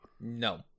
no